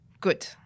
Good